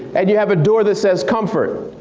and you have a door that says comfort.